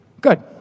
Good